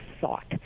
thought